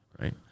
right